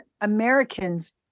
Americans